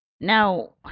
now